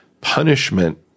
punishment